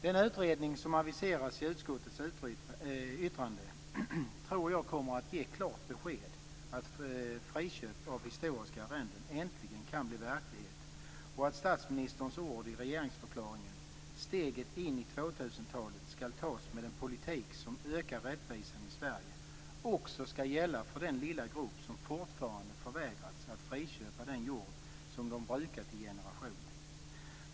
Den utredning som aviseras i utskottets yttrande tror jag kommer att ge klart besked att friköp av historiska arrenden äntligen kan bli verklighet och att statsministerns ord i regeringsförklaringen - "Steget in i 2000-talet skall tas med en politik som ökar rättvisan i Sverige" - också skall gälla för den lilla grupp som fortfarande förvägrats att friköpa den jord som de brukat i generationer.